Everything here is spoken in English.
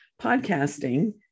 podcasting